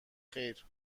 خیر